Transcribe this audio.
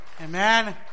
amen